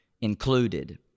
included